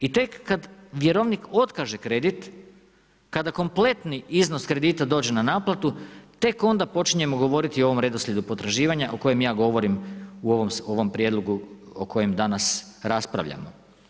I tek kad vjerovnik otkaže kredit, kada kompletni iznos kredita dođe na naplatu, tek ona počinjemo govoriti o ovome redoslijedu potraživanja o kojem ja govorim u ovom prijedlogu o kojem danas raspravljamo.